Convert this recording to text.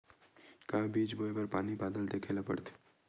का बीज बोय बर पानी बादल देखेला पड़थे?